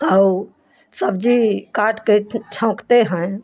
और सब्जी काट कर छौंकते हैं